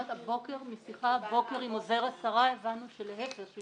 משיחה הבוקר עם עוזר השרה הבנו להפך.